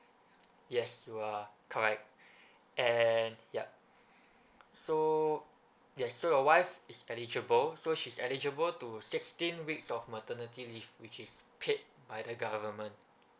yes you are correct and yup so yes so your wife is eligible so she's eligible to sixteen weeks of maternity leave which is paid by the government